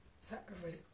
sacrifice